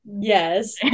yes